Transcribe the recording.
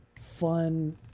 fun